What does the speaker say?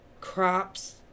crops